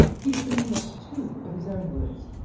he's dreamed up two of his own words,